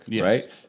right